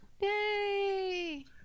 yay